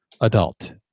adult